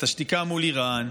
את השתיקה מול איראן,